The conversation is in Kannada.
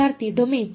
ವಿದ್ಯಾರ್ಥಿ ಡೊಮೇನ್